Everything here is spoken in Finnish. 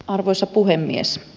arvoisa puhemies